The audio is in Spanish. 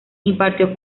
impartió